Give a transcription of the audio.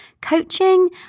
coaching